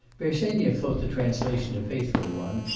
bersenyev thought the translation a faithful one,